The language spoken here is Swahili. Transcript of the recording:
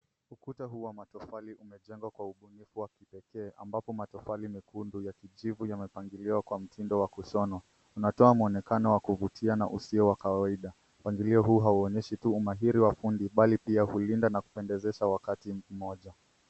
Ukuta huu wa matofali umejengwa kwa ubunifu wa kipekee ambapo matofali mekundu ya kijivu yamepangiliwa kwa mtindo wa kushonwa unatoa maonekano ya kuvutia na usiokua wa kawaida mpangilio huu hauonyeshi tu umahiri wa fundi bali pia hulinda na pia kupendezesha wakati mmoja.